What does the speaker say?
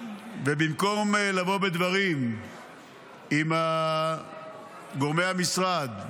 במקום לבוא בדברים עם גורמי המשרד,